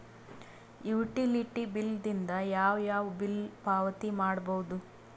Utility bill ದಿಂದ ಯಾವ ಯಾವ ಬಿಲ್ ಪಾವತಿ ಮಾಡಬಹುದು?